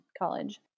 college